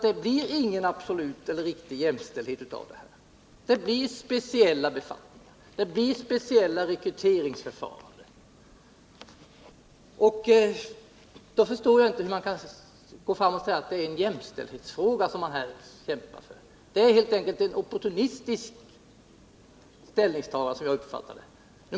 Det blir ingen riktig jämställdhet av detta. Det blir speciella befattningar och speciella rekryteringsförfaranden. Då förstår jag inte hur man kan säga att man kämpar för jämställdhet. Det är helt enkelt ett opportunistiskt ställningstagande.